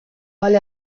vale